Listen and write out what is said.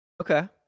Okay